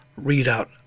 readout